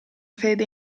fede